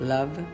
Love